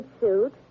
suit